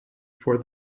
for